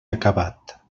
acabat